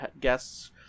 guests